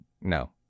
No